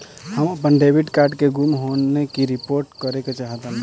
हम अपन debit card के गुम होने की रिपोर्ट करे चाहतानी